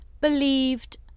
believed